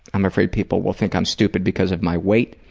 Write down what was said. i'm afraid people will think i'm stupid because of my weight.